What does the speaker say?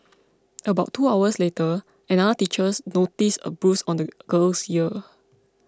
about two hours later another teacher noticed a bruise on the girl's ear